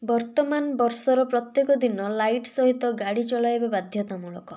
ବର୍ତ୍ତମାନ ବର୍ଷର ପ୍ରତ୍ୟେକ ଦିନ ଲାଇଟ୍ ସହିତ ଗାଡ଼ି ଚଳାଇବା ବାଧ୍ୟତାମୂଳକ